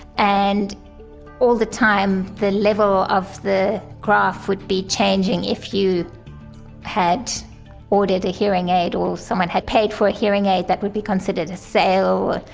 and all the time the level of the graph would be changing if you had ordered a hearing aid or someone had paid for a hearing aid that would be considered a sale.